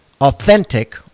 authentic